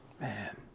Man